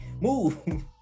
Move